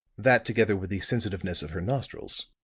that, together with the sensitiveness of her nostrils.